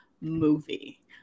movie